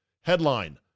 Headline